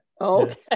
Okay